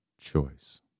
choice